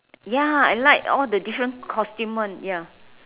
ya I like all the different costume one ya